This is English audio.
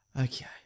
Okay